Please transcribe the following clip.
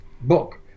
book